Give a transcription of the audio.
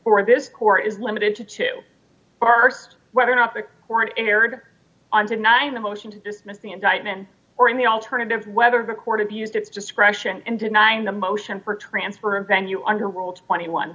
for this court is limited to two parts whether or not the warrant erred on denying the motion to dismiss the indictment or in the alternative whether the court abused its discretion in denying the motion for transfer of venue under world twenty one